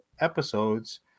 episodes